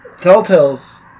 Telltales